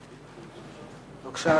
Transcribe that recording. בבקשה,